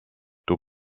tout